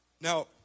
Now